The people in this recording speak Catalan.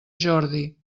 jordi